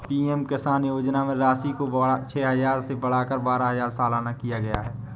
PM Kisan योजना में राशि को छह हजार से बढ़ाकर बारह हजार सालाना किया गया है